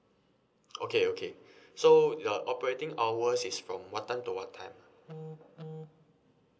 okay okay so the operating hours is from what time to what time